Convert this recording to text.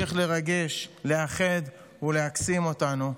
תמשיך לרגש, לאחד ולהקסים אותנו.